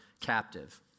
captive